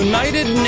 United